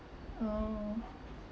oh